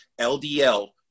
LDL